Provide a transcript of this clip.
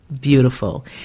beautiful